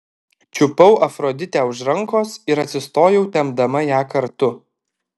čiupau afroditę už rankos ir atsistojau tempdama ją kartu